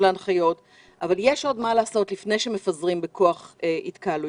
להנחיות אבל יש עוד מה לעשות לפני שמפזרים בכוח התקהלויות.